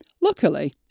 Luckily